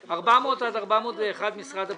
פניות 400 עד 401, משרד הפנים.